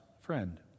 friend